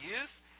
youth